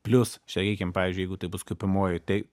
plius sakykim pavyzdžiui jeigu tai bus kaupiamuoju tai